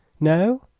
no?